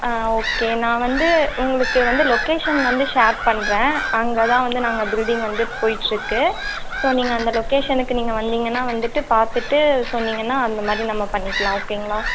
ஆ okay நான் வந்து உங்களுக்கு வந்து லொகேஷன் வந்து ஷேர் பண்ணுறேன் அங்கேதான் வந்து நாங்கள் பில்டிங் வந்து போயிட்டிருக்கு ஸோ நீங்கள் அந்த லொகேஷனுக்கு நீங்கள் வந்திங்கனால் வந்துட்டு பார்த்துட்டு சொன்னிங்கனால் அந்த மாதிரி நம்ம பண்ணிக்கலாம் ஓகேங்களா